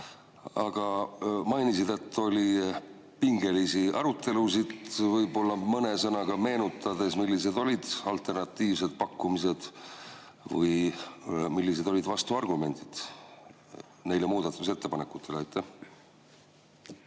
Aga mainisid, et oli pingelisi arutelusid. Võib-olla mõne sõnaga meenutaks, millised olid alternatiivsed pakkumised või millised olid vastuargumendid neile muudatusettepanekutele? Aitäh,